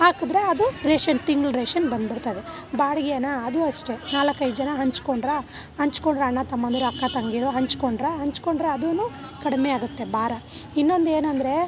ಹಾಕಿದ್ರೆ ಅದು ರೇಷನ್ ತಿಂಗಳ ರೇಷನ್ ಬಂದುಬಿಡ್ತದೆ ಬಾಡಿಗೆಯಾ ಅದು ಅಷ್ಟೇ ನಾಲ್ಕ್ಕೈದು ಜನ ಹಂಚ್ಕೊಂಡ್ರೆ ಹಂಚ್ಕೊಂಡ್ರೆ ಅಣ್ಣ ತಮ್ಮಂದಿರು ಅಕ್ಕ ತಂಗೀರು ಹಂಚ್ಕೊಂಡ್ರೆ ಹಂಚ್ಕೊಂಡ್ರೆ ಅದೂನೂ ಕಡಿಮೆ ಆಗುತ್ತೆ ಭಾರ ಇನ್ನೊಂದೇನೆಂದ್ರೆ